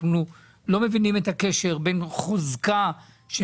אנחנו לא מבינים את הקשר בין חוזקה של